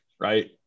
right